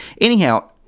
anyhow